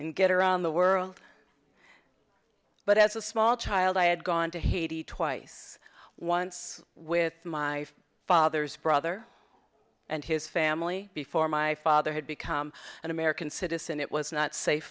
and get around the world but as a small child i had gone to haiti twice once with my father's brother and his family before my father had become an american citizen it was not safe